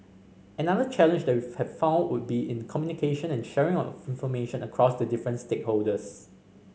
another challenge that we have found would be in communication and sharing of information across the different stakeholders